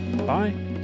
Bye